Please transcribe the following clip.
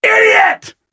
idiot